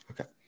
Okay